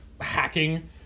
hacking